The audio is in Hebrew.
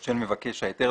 של מבקש ההיתר,